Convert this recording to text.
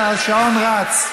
כי השעון רץ.